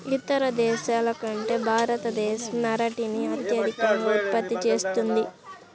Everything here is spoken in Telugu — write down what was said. ఇతర దేశాల కంటే భారతదేశం అరటిని అత్యధికంగా ఉత్పత్తి చేస్తుంది